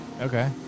Okay